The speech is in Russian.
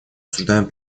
осуждаем